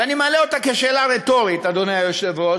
ואני מעלה אותה כשאלה רטורית, אדוני היושב-ראש,